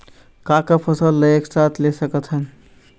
का का फसल ला एक साथ ले सकत हन?